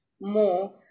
more